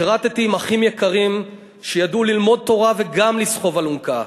שירתי עם אחים יקרים שידעו ללמוד תורה וגם לסחוב אלונקה,